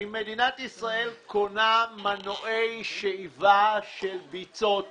אם מדינת ישראל קונה מנועי שאיבה של ביצות מסין,